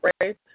right